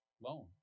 loan